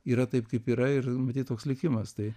yra taip kaip yra ir matyt toks likimas tai